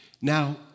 Now